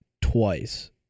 twice